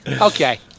Okay